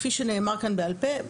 כפי שנאמר כאן בעל פה,